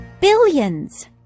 Billions